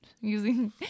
using